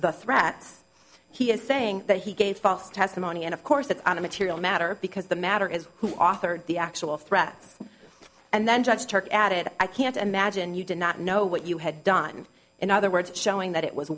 the threats he is saying that he gave false testimony and of course that on a material matter because the matter is who authored the actual threats and then judge herc added i can't imagine you did not know what you had done in other words showing that it was